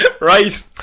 Right